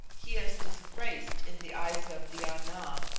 he is disgraced in the eyes of the ana,